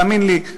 תאמין לי,